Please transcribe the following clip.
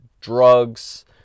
drugs